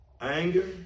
anger